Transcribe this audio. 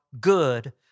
good